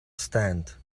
stand